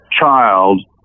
child